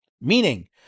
Meaning